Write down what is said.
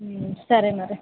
సరే మరి